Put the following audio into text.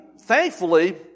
thankfully